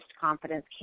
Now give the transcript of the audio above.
confidence